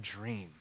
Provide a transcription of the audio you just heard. dream